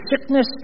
sickness